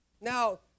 now